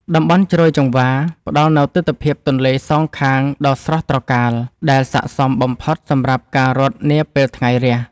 តំបន់ជ្រោយចង្វារ ផ្ដល់នូវទិដ្ឋភាពទន្លេសងខាងដ៏ស្រស់ត្រកាល ដែលស័ក្តិសមបំផុតសម្រាប់ការរត់នាពេលថ្ងៃរះ។